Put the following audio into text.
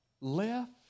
left